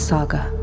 Saga